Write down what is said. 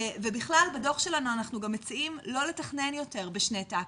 ובכלל בדו"ח שלנו אנחנו גם מציעים לא לתכנון יותר בשני טקטים.